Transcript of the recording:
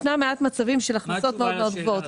ישנם מעט מקרים של הכנסות מאוד מאוד גבוהות.